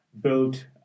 built